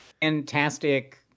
Fantastic